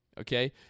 okay